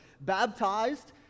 baptized